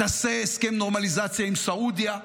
תעשה הסכם נורמליזציה עם סעודיה,